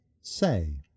Say